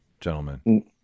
gentlemen